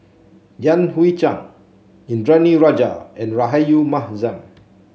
Yan Hui Chang Indranee Rajah and Rahayu Mahzam